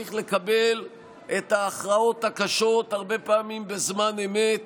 שצריך לקבל את ההכרעות הקשות הרבה פעמים בזמן אמת